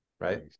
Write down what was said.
Right